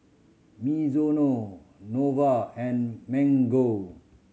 Mizuno Nova and Mango